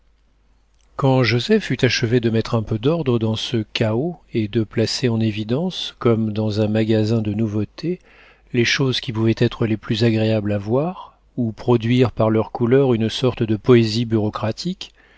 quand joseph eut achevé de mettre un peu d'ordre dans ce chaos et de placer en évidence comme dans un magasin de nouveautés les choses qui pouvaient être les plus agréables à voir ou produire par leurs couleurs une sorte de poésie bureaucratique